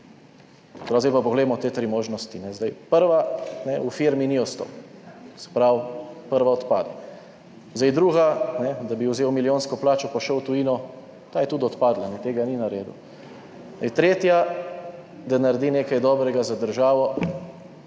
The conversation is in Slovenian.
zdaj pa poglejmo te tri možnosti. Zdaj prva v firmi ni ostal, se pravi prva odpade. Zdaj druga, da bi vzel milijonsko plačo pa šel v tujino, ta je tudi odpadla, tega ni naredil. Zdaj tretja, da naredi nekaj dobrega za državo,